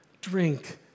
Drink